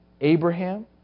Abraham